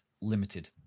Limited